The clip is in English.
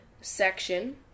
section